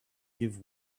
give